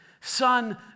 son